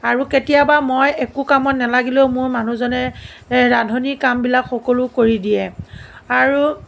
আৰু কেতিয়াবা মই একো কামত নালাগিলেও মোৰ মানুহজনে ৰান্ধনি কামবিলাক সকলো কৰি দিয়ে আৰু